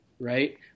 right